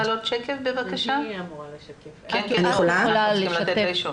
את שאת מעלה את השקף אני חייבת להגיד לכם